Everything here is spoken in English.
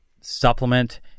supplement